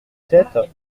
sept